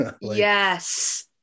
Yes